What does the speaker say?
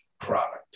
product